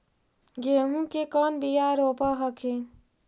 गेहूं के कौन बियाह रोप हखिन?